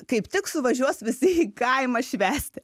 kaip tik suvažiuos visi į kaimą švęsti